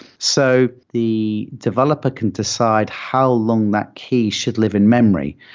so the developer can decide how long that key should live in memory.